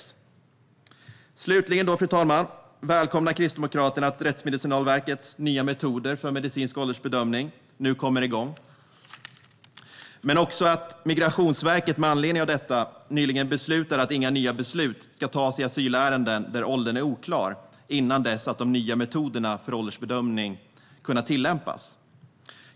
Fru talman! Slutligen välkomnar Kristdemokraterna att Rättsmedicinalverkets nya metoder för medicinsk åldersbedömning nu kommer igång. Men vi välkomnar också att Migrationsverket med anledning av detta nyligen beslutade att inga nya beslut ska tas i asylärenden där åldern är oklar innan de nya metoderna för åldersbedömning har kunnat tillämpas.